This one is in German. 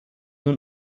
nun